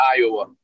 Iowa